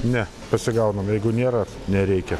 ne pasigaunam jeigu nėra nereikia